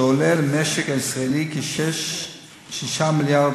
שעולה למשק הישראלי כ-6 מיליארד